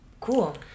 Cool